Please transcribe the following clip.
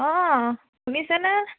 অঁ শুনিছেনে